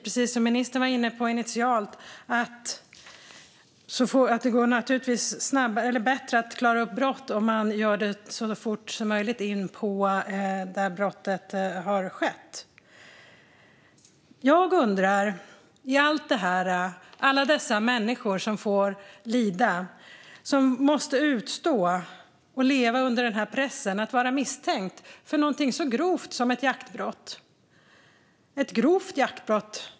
Precis som ministern var inne på initialt går det naturligtvis bättre att klara upp brott om man gör det så fort som möjligt efter att brottet har skett. Jag undrar i allt detta över alla dessa människor som får lida och som måste utstå och leva under pressen att vara misstänkt för någonting så grovt som ett jaktbrott - till och med ett grovt jaktbrott.